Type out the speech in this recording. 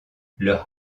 leur